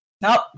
nope